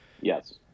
Yes